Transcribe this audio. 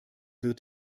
wird